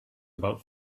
about